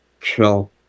chill